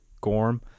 Gorm